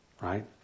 Right